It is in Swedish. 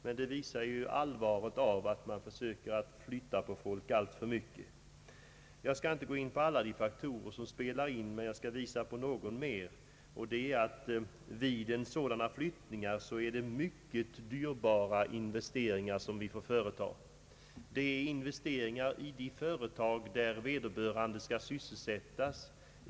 Det visar dock vikten av att man inte försöker flytta på folk alltför mycket. Jag skall inte gå in på alla de faktorer som här spelar en roll, men jag skall visa på någon mer, nämligen att vi vid en sådan flyttning får företa mycket dyrbara investeringar. Det är investeringar i de företag där vederbörande skall sysselsättas.